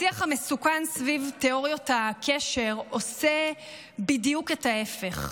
השיח המסוכן סביב תיאוריות הקשר עושה בדיוק את ההפך.